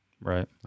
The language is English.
right